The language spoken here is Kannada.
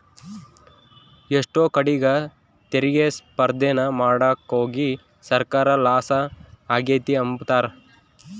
ಎಷ್ಟೋ ಕಡೀಗ್ ತೆರಿಗೆ ಸ್ಪರ್ದೇನ ಮಾಡಾಕೋಗಿ ಸರ್ಕಾರ ಲಾಸ ಆಗೆತೆ ಅಂಬ್ತಾರ